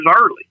early